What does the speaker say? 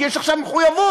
כי יש עכשיו מחויבות.